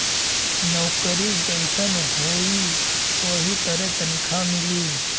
नउकरी जइसन होई वही तरे तनखा मिली